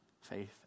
faith